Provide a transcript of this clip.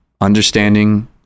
understanding